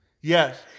Yes